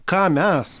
ką mes